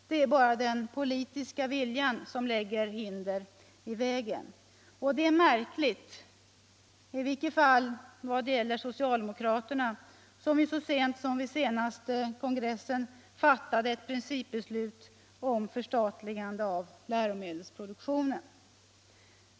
Det är bara den politiska viljan som lägger hinder i vägen. Och det är märkligt. i varje fall vad det gäller socialdemokraterna som ju så sent som vid senaste kongressen fattade ett principbeslut om förstatligande av läromedelsproduktionen.